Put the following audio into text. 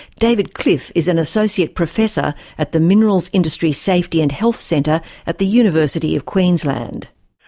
david cliff is an associate professor at the minerals industry safety and health centre at the university of queensland.